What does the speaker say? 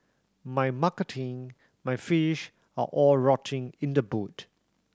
my marketing my fish are all rotting in the boot